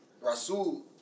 Rasul